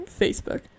Facebook